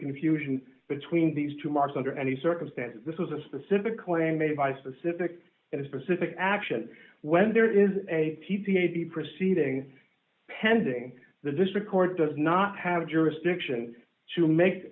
confusion between these two marks under any circumstance this is a specific claim made by specific specific action when there is a to the proceeding pending the district court does not have jurisdiction to make